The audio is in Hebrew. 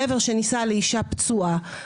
גבר שנישא לאישה פצועה,